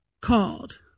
called